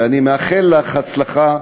ואני מאחל לך הצלחה,